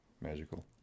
magical